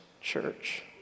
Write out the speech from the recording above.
church